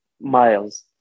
miles